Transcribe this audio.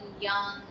young